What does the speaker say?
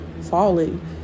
falling